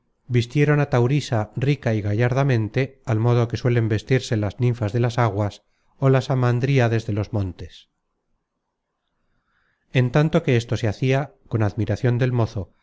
vistieron á taurisa rica y gallardamente al modo que suelen vestirse las ninfas de las aguas ó las amadríades de los montes en tanto que esto se hacia con admiracion del mozo